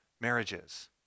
marriages